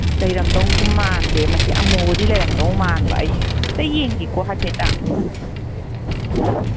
ꯂꯩꯔꯝꯗꯧꯁꯨ ꯃꯥꯟꯗꯦ ꯃꯁꯤ ꯑꯃꯨꯕꯗꯤ ꯂꯩꯔꯝꯗꯧ ꯃꯥꯟꯕ ꯑꯩꯁꯦ ꯑꯝꯇ ꯌꯦꯡꯒꯦꯀꯣ ꯍꯥꯏꯐꯦꯠꯇ